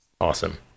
Awesome